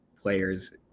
players